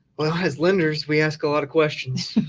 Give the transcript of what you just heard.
well as lenders, we ask a lot of questions.